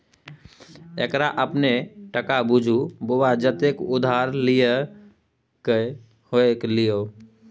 एकरा अपने टका बुझु बौआ जतेक उधार लए क होए ल लिअ